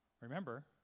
Remember